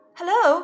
Hello